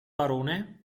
barone